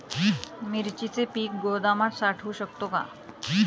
मिरचीचे पीक गोदामात साठवू शकतो का?